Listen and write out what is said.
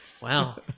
wow